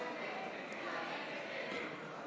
נגד.